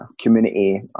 community